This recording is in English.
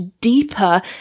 deeper